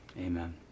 Amen